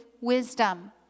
wisdom